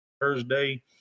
Thursday